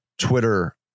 Twitter